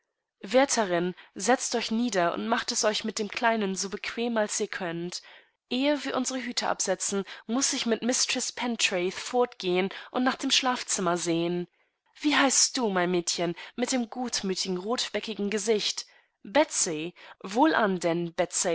wärterin setzt euch nieder und macht es euch mit dem kleinen so bequem als ihr könnt ehe wir unsere hüte absetzen muß ich mit mistreß pentreath fortgehen und nach dem schlafzimmer sehen wie heißt du mein mädchen mit dem gutmütigen rotbäckigen gesicht betsey wohlan denn